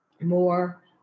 more